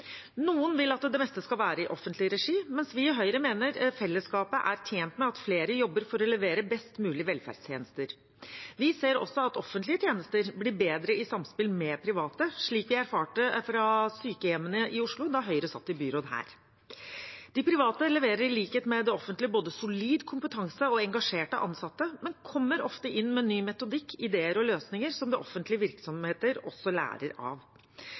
Noen vil at det meste skal være i offentlig regi, mens vi i Høyre mener fellesskapet er tjent med at flere jobber for å levere best mulige velferdstjenester. Vi ser også at offentlige tjenester blir bedre i samspill med private, slik vi erfarte fra sykehjemmene i Oslo da Høyre satt i byråd her. De private leverer i likhet med det offentlige både solid kompetanse og engasjerte ansatte, men kommer ofte inn med ny metodikk, ideer og løsninger som offentlige virksomheter også lærer av.